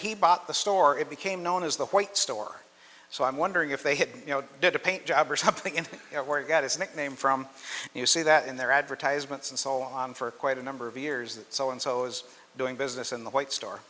he bought the store it became known as the white store so i'm wondering if they had you know did a paint job or something in it where he got his nickname from and you see that in their advertisements and so on for quite a number of years that so and so's doing business in the white store